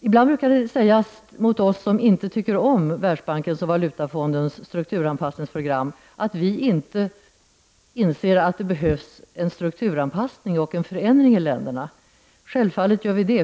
Ibland brukar det sägas mot oss som inte tycker om Världsbankens och Valutafondens strukturanpassningsprogram att vi inte inser att det behövs en strukturanpassning och en förändring i länderna. Självfallet gör vi det.